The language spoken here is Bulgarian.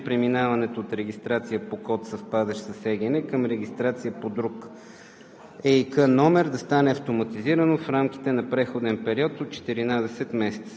като въз основа на направено предварително проучване от Агенцията по вписванията се предвижда преминаването от регистрация по код, съвпадащ с ЕГН, към регистрация по друг